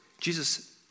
Jesus